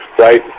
right